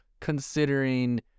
considering